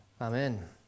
Amen